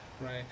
Right